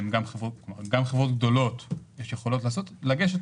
גם חברות גדולות יכולות לגשת